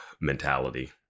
mentality